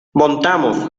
montamos